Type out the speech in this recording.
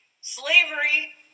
Slavery